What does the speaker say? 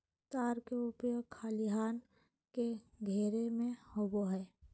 तार के उपयोग खलिहान के घेरे में होबो हइ